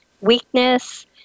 weakness